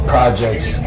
Projects